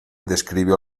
describió